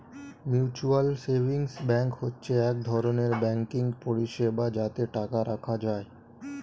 mutual savings bank হচ্ছে এক ধরনের ব্যাঙ্কিং পরিষেবা যাতে টাকা রাখা যায়